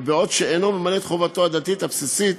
שעה שהוא אינו ממלא את חובתו הדתית הבסיסית,